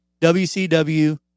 WCW